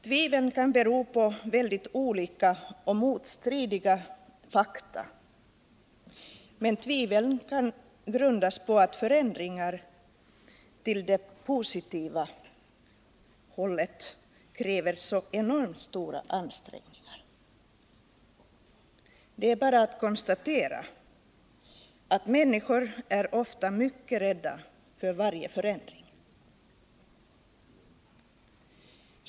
Tvivlen kan bero på olika och motstridiga fakta, men de kan också grundas på att förändringar åt det positiva hållet kräver så enormt stora ansträngningar. Det är bara att konstatera att människor ofta är mycket rädda för varje förändring.